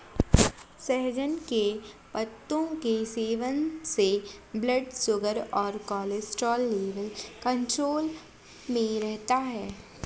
सहजन के पत्तों के सेवन से ब्लड शुगर और कोलेस्ट्रॉल लेवल कंट्रोल में रहता है